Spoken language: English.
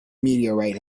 meteorite